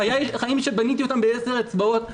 החיים שבניתי אותם בעשר אצבעות,